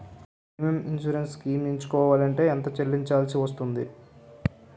Premium insurance schemes ఎంచుకోవలంటే ఎంత చల్లించాల్సివస్తుంది??